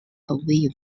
away